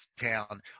town